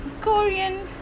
Korean